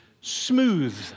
smooth